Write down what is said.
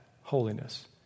holiness